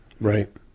right